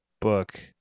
book